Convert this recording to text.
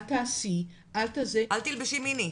אל תעשי, אל --- אל תלבשי מיני.